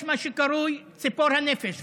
יש מה שקרוי "ציפור הנפש",